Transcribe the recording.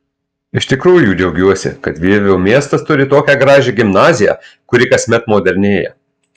iš tikrųjų džiaugiuosi kad vievio miestas turi tokią gražią gimnaziją kuri kasmet modernėja